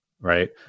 right